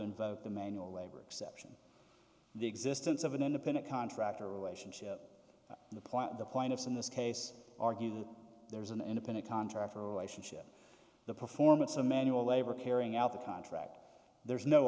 invoke the manual labor exception the existence of an independent contractor relationship the point the point of in this case argue that there's an independent contractor relationship the performance of manual labor carrying out the contract there's no